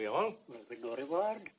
we all go to work